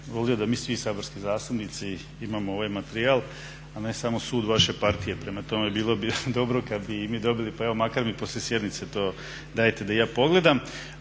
volio da mi svi saborski zastupnici imamo ovaj materijal a ne samo sud vaše partije. Prema tome, bilo bi dobro kad bi i mi dobili pa evo makar mi poslije sjednice to dajte da i ja pogledam.